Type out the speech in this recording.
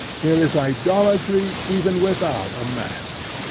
here is idolatry even without a mask